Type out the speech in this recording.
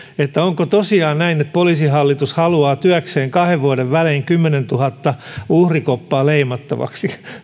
onko tosiaan näin että poliisihallitus haluaa työkseen kahden vuoden välein kymmenentuhatta uhrikoppaa leimattavaksi